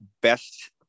best